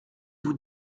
vous